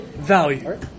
Value